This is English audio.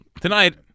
tonight